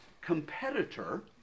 competitor